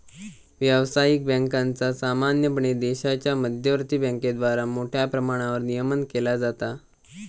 व्यावसायिक बँकांचा सामान्यपणे देशाच्या मध्यवर्ती बँकेद्वारा मोठ्या प्रमाणावर नियमन केला जाता